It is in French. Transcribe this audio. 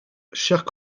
chers